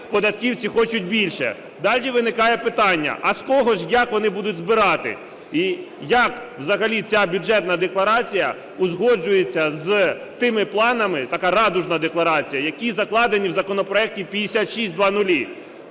податківці хочуть більше. Далі виникає питання: а з кого ж, як вони будуть збирати і як взагалі ця бюджетна декларація узгоджується з тими планами (така радужна декларація), які закладено в законопроекті 5600?